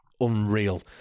unreal